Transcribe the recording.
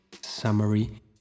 summary